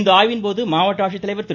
இந்த ஆய்வின்போது மாவட்ட ஆட்சித்தலைவர் திரு